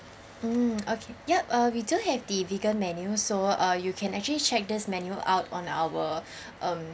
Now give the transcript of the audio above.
mm okay yup uh we do have the vegan menu so uh you can actually check this menu out on our um